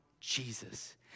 Jesus